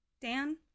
Dan